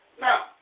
Now